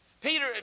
Peter